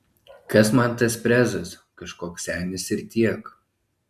kas man tas prezas kažkoks senis ir tiek